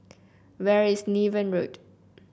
where is Niven Road